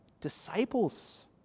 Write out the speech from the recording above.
Disciples